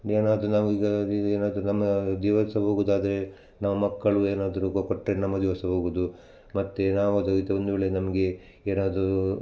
ಏನಾದ್ರೂ ನಾವು ಈಗ ಅಲ್ಲಿದೇನಾದರೂ ನಮ್ಮ ಜೀವ ಸಹ ಹೋಗುವುದಾದ್ರೆ ನಾವು ಮಕ್ಕಳು ಏನಾದ್ರೂ ಕೊಟ್ಟರೆ ನಮಗೆ ಸಹ ಹೋಗುವುದು ಮತ್ತು ನಾವು ಅದು ಇದೊಂದು ವೇಳೆ ನಮಗೆ ಏನಾದರೂ